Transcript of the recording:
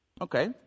Okay